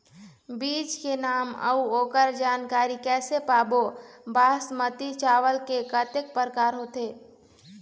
बीज के नाम अऊ ओकर जानकारी कैसे पाबो बासमती चावल के कतेक प्रकार होथे?